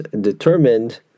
determined